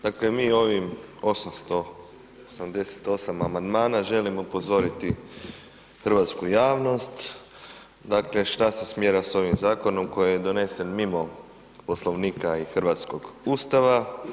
Dakle mi ovim 888 amandmana želimo upozoriti hrvatsku javnost dakle šta se smjera s ovim zakonom koji je donesen mimo Poslovnika i hrvatskog Ustava.